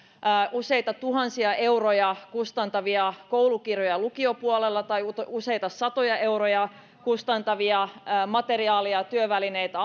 useita tuhansia euroja kustantavista koulukirjoista lukiopuolella tai useita satoja euroja kustantavista materiaaleista ja työvälineistä